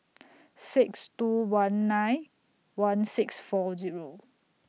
six two one nine one six four Zero